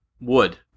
wood